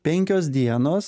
penkios dienos